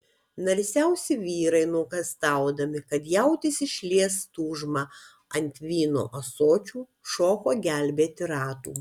narsiausi vyrai nuogąstaudami kad jautis išlies tūžmą ant vyno ąsočių šoko gelbėti ratų